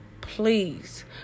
Please